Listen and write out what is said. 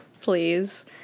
please